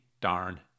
darn